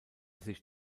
sich